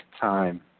time